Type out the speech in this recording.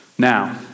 Now